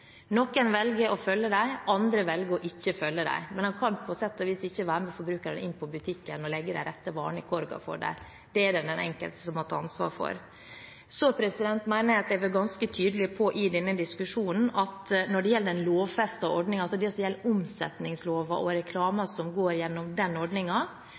Noen velger å følge dem, andre velger å ikke følge dem. Man kan på sett og vis ikke være med forbrukerne inn på butikken og legge de rette varene i kurven for dem. Det er det den enkelte som må ta ansvaret for. Så mener jeg at jeg har vært ganske tydelig i denne diskusjonen på at når det gjelder den lovfestede ordningen, det som gjelder omsetningsloven og reklamen som går gjennom den